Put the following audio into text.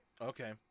Okay